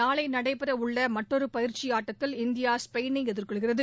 நாளை நடைபெறவுள்ள மற்றொரு பயிற்சி ஆட்டத்தில் இந்தியா ஸ்பெயினை எதிர்கொள்கிறது